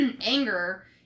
anger